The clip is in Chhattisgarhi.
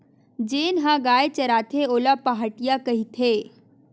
जेन ह गाय चराथे ओला पहाटिया कहिथे